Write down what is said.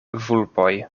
vulpoj